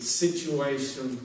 situation